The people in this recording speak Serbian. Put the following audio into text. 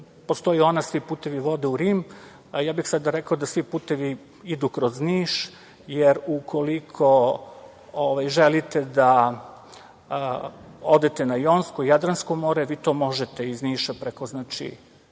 Postoji ono – Svi putevi vode u Rim, a ja bih sada rekao da svi putevi idu kroz Niš, jer ukoliko želite da odete na Jonsko, Jadransko more, vi to možete iz Niša, odnosno